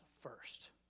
first